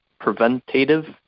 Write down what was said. preventative